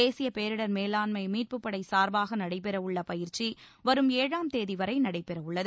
தேசிய பேரிடர் மேலாண்மை மீட்புப்படை சார்பாக நடைபெறவுள்ள பயிற்சி வரும் ஏழாம் தேதி வரை நடைபெறவுள்ளது